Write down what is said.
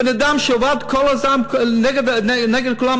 בן-אדם שעבד כל הזמן נגד כולם,